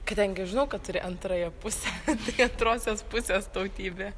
kadangi žinau kad turi antrąją pusę taigi antrosios pusės tautybė